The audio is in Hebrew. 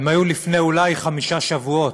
הם היו לפני חמישה שבועות,